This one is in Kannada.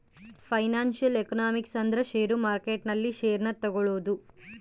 ಫೈನಾನ್ಸಿಯಲ್ ಎಕನಾಮಿಕ್ಸ್ ಅಂದ್ರ ಷೇರು ಮಾರ್ಕೆಟ್ ನಲ್ಲಿ ಷೇರ್ ನ ತಗೋಳೋದು